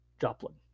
Joplin